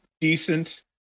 decent